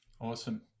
awesome